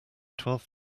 twelve